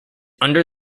under